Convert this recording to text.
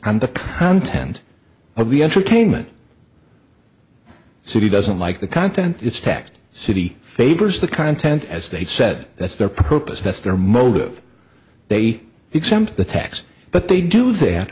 on the content of the entertainment so he doesn't like the content it's taxed city favors the content as they said that's their purpose that's their motive they exempt the tax but they do that